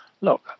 look